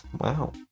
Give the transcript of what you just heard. Wow